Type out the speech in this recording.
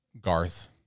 garth